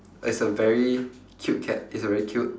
is a very cute cat is a very cute